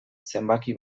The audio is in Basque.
zenbaki